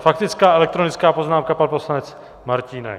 Faktická elektronická poznámka, poslanec Martínek.